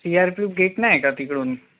C R P gate नाही का तिकडून